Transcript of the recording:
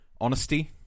honesty